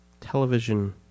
television